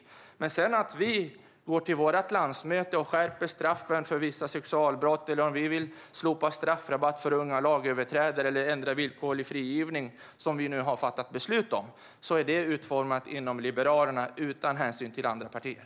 Om vi sedan vid vårt landsmöte säger oss vilja skärpa straffen för vissa sexualbrott, slopa straffrabatten för unga lagöverträdare eller ändra den villkorliga frigivningen, vilket vi nu har fattat beslut om, är det utformat inom Liberalerna utan hänsyn till andra partier.